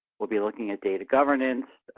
we'll be looking at data governance.